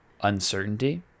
Uncertainty